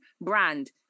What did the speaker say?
brand